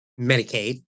Medicaid